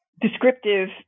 descriptive